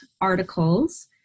articles